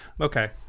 okay